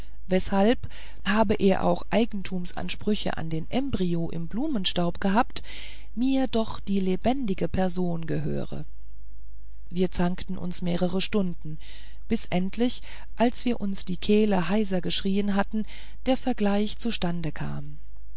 weshalb habe er auch eigentumsansprüche auf den embryo im blumenstaub gehabt mir doch die lebendige person gehöre wir zankten uns mehrere stunden bis endlich als wir uns die kehlen heiser geschrien hatten ein vergleich zustande kam